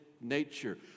nature